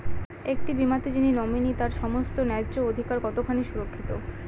একটি বীমাতে যিনি নমিনি তার সমস্ত ন্যায্য অধিকার কতখানি সুরক্ষিত?